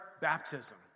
baptism